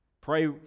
Pray